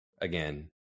again